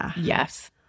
Yes